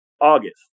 August